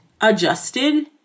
adjusted